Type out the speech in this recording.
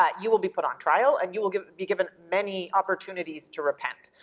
but you will be put on trial and you will be given many opportunities to repent.